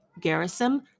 Garrison